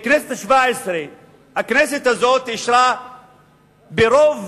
הכנסת השבע-עשרה אישרה ברוב